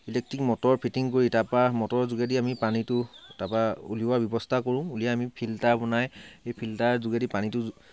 electric motor fitting কৰি তাৰপৰা মটৰৰ যোগেদি আমি পানীটো তাৰপৰা উলিওৱাৰ ব্যৱস্থা কৰো উলিয়াই আমি ফিল্টাৰ বনাই সেই ফিল্টাৰৰ যোগেদি পানীটো